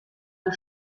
der